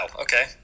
Okay